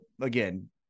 again